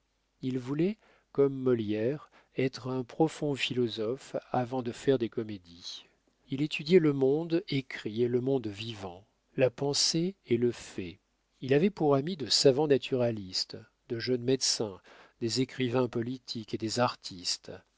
il voulait comme molière être un profond philosophe avant de faire des comédies il étudiait le monde écrit et le monde vivant la pensée et le fait il avait pour amis de savants naturalistes de jeunes médecins des écrivains politiques et des artistes